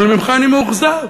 אבל ממך אני מאוכזב,